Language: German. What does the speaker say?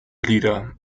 lieder